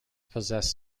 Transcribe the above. possess